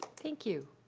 thank you.